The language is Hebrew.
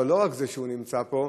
אבל לא רק זה שהוא נמצא פה,